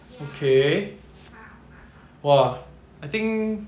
okay !wah! I think